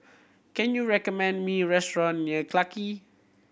can you recommend me restaurant near Clarke Quay